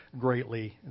greatly